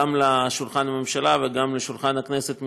גם לשולחן הממשלה וגם לשולחן הכנסת,